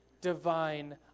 divine